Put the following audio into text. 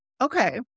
Okay